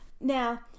Now